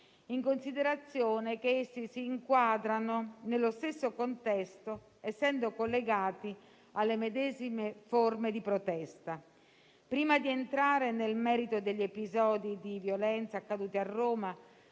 in considerazione del fatto che essi si inquadrano nello stesso contesto, essendo collegati alle medesime forme di protesta. Prima di entrare nel merito degli episodi di violenza accaduti a Roma,